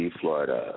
Florida